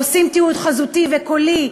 עושים תיעוד חזותי וקולי,